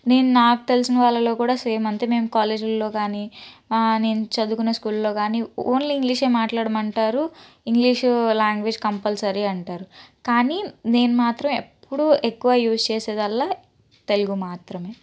నేను నాకు తెలిసిన వాళ్ళలో కూడా సేమ్ అంతే మేము కాలేజ్లల్లో కాని నేను చదువుకున్న స్కూల్లో కాని ఓన్లీ ఇంగ్లీషే మాట్లాడమంటారు ఇంగ్లీషు లాంగ్వేజ్ కంపల్సరీ అంటారు కానీ నేను మాత్రం ఎప్పుడూ ఎక్కువ యూస్ చేసేదల్లా తెలుగు మాత్రమే